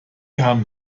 haben